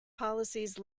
policies